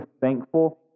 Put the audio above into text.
thankful